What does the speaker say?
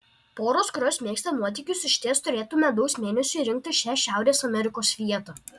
poros kurios mėgsta nuotykius išties turėtų medaus mėnesiui rinktis šią šiaurės amerikos vietą